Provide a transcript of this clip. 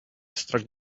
struck